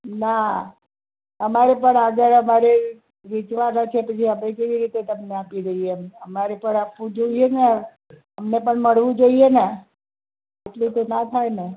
ના અમારે પણ આગળ અમારે વેચવાનાં છે પછી અમે કેવી રીતે તમને આપી દઈએ એમ અમારે પણ આપવું જોઈએ ને અમને પણ મળવું જોઈએ ને આટલું તો ના થાય ને